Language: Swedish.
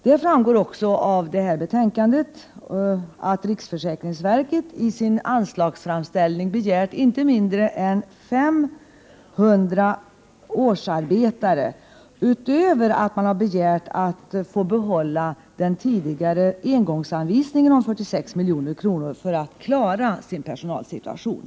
Det framgår också av betänkandet att riksförsäkringsverket i sin anslagsframställning begärt inte mindre än 500 årsarbetare, utöver att man begärt att få behålla den tidigare engångsanvisningen om 46 milj.kr., för att klara sin personalsi tuation.